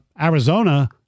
Arizona